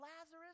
Lazarus